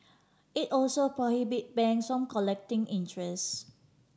it also prohibit bank collecting interest